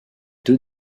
deux